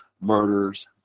murders